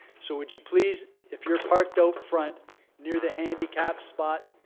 so would you please, if you're parked out front near the handicap spot,